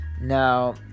Now